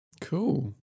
Cool